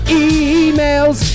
e-mails